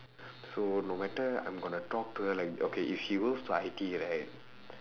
so no matter I'm going to talk to her like okay if she goes to I_T_E right